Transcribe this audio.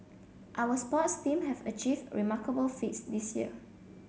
our sports team have achieved remarkable feats this year